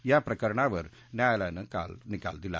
या प्रकरणावर न्यायालयानं काल निकाल दिला